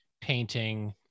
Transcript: painting